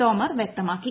തോമർ വ്യക്തമാക്കി